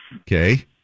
Okay